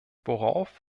worauf